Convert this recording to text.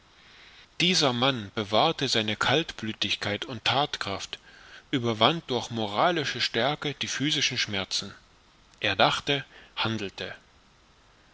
dieser mann bewahrte seine kaltblütigkeit und thatkraft überwand durch moralische stärke die physischen schmerzen er dachte handelte